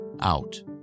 out